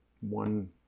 one